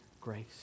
grace